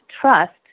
trust